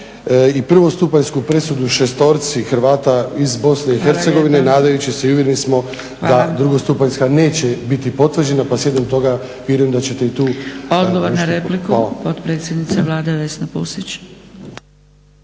i prvostupanjsku presudu šestorci Hrvata iz BIH nadajući se i uvjereni smo da drugostupanjska neće biti potvrđena pa slijedom toga vjerujem da ćete i tu … **Zgrebec, Dragica (SDP)** Odgovor na repliku, potpredsjednica Vlade Vesna Pusić.